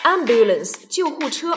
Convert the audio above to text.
Ambulance,救护车